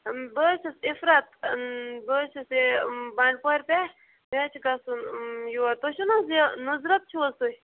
بہٕ حظ چھَس اِفرَت بہٕ حظ چھَس یہِ بَنٛڈپورِ پٮ۪ٹھ مےٚ حظ چھِ گژھُن یور تُہۍ چھُو نہٕ حظ یہِ نُظرَت چھُو حظ تُہۍ